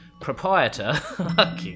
proprietor